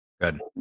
Good